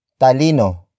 Talino